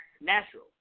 natural